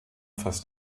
fast